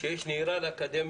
שיש נהירה לאקדמיה,